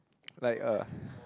like uh